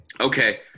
Okay